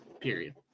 period